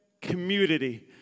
community